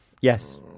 Yes